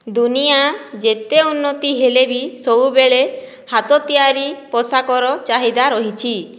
ଦୁନିଆ ଯେତେ ଉନ୍ନତି ହେଲେ ବି ସବୁବେଳେ ହାତ ତିଆରି ପୋଷାକର ଚାହିଦା ରହିଛି